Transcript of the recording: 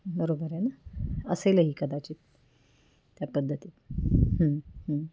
बरोबर आहे ना असेलही कदाचित त्या पद्धतीत